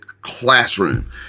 classroom